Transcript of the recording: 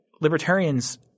libertarians